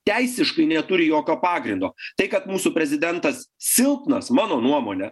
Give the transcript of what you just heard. teisiškai neturi jokio pagrindo tai kad mūsų prezidentas silpnas mano nuomone